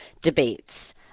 debates